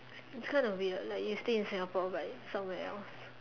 it's kind of weird like you stay in Singapore but somewhere else